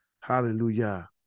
Hallelujah